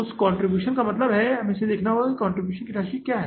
उस कंट्रीब्यूशन का मतलब है कि हमें इसे देखना है कंट्रीब्यूशन की राशि क्या है